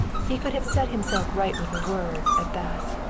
he could have set himself right with a word, at that.